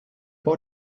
her